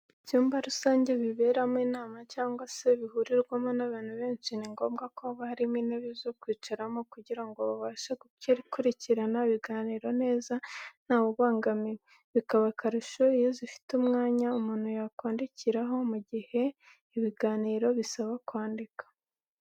Ibyumba rusange biberamo inama cyangwa se bihurirwamo n'abantu benshi, ni ngombwa ko haba harimo intebe zo kwicaraho, kugira ngo babashe gukurikirana ibiganiro neza ntawe ubangamiwe. Bikaba akarusho iyo zifite n'umwanya umuntu yakwandikiraho mu gihe ari ibiganiro bisaba kwandika.